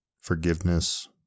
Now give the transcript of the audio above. forgiveness